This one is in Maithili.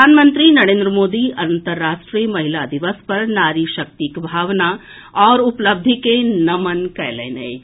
प्रधानमंत्री नरेन्द्र मोदी अन्तर्राष्ट्रीय महिला दिवस पर नारी शक्तिक भावना आओर उपलब्धि के नमन कयलनि अछि